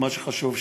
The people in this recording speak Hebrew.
מה שחשוב,